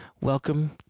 Welcome